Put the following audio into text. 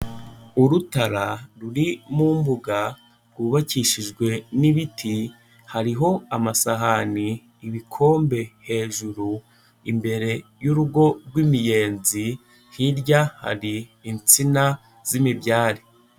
urutara ruri mu mbuga rwubakishijwe n'ibiti, hariho amasahane, ibikombe hejuru imbere y'urugo rw'imiyenzi, hirya hari insina z'imibyare.